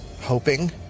hoping